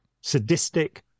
sadistic